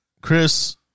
Chris